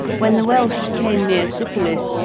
when the welsh came near sypolis,